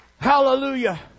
Hallelujah